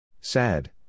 Sad